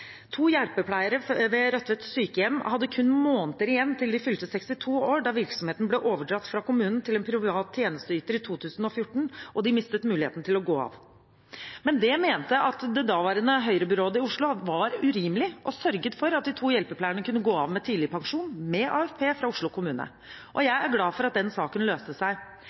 To hjelpepleiere ved Rødtvet sykehjem hadde kun måneder igjen til de fylte 62 år da virksomheten ble overdratt fra kommunen til en privat tjenesteyter i 2014, og de mistet muligheten til å gå av. Men det mente det daværende Høyre-byrådet var urimelig og sørget for at de to hjelpepleierne kunne gå av med tidligpensjon, med AFP fra Oslo kommune. Jeg er glad for at den saken løste seg.